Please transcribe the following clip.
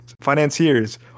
financiers